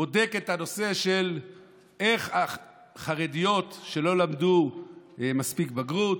בודק את הנושא של איך החרדיות שלא למדו מספיק לבגרות,